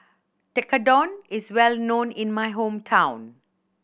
tekkadon is well known in my hometown